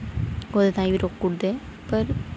कोई टाइम ताईं रोकुड़ दे